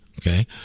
Okay